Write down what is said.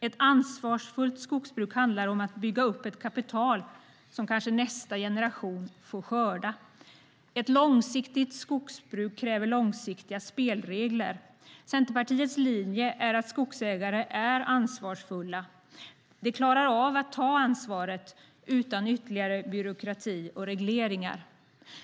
Ett ansvarsfullt skogsbruk handlar om att bygga upp ett kapital som kanske nästa generation får skörda. Ett långsiktigt skogsbruk kräver långsiktiga spelregler. Centerpartiets linje är att skogsägare är ansvarsfulla. De klarar av att ta ansvaret utan ytterligare byråkrati och regleringar.